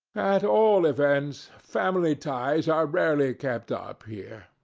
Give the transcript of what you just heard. at all events, family ties are rarely kept up here.